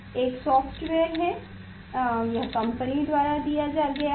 एक सॉफ्टवेयर है यह कंपनी द्वारा दिया गया है